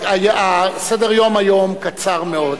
סדר-היום היום קצר מאוד.